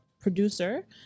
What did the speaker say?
producer